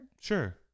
Sure